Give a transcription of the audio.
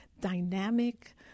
dynamic